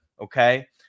okay